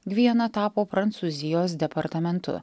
gvieną tapo prancūzijos departamentu